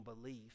belief